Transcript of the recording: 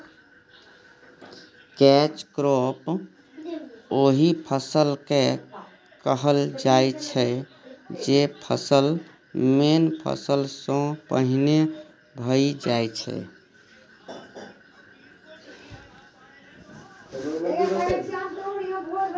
catch crop ओहि फसल केँ कहल जाइ छै जे फसल मेन फसल सँ पहिने भए जाइ छै